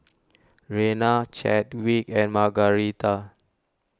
Rena Chadwick and Margaretha